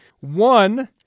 One